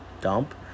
dump